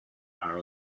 are